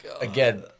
Again